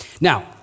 Now